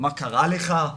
מה קרה לך?'